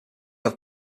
have